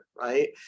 right